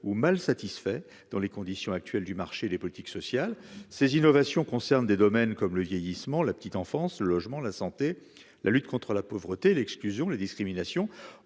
ou mal satisfaits dans les conditions actuelles du marché, les politiques sociales, ces innovations concernent des domaines comme le vieillissement, la petite enfance, le logement, la santé, la lutte contre la pauvreté et l'exclusion, la discrimination,